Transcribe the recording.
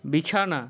বিছানা